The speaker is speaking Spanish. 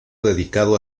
dedicado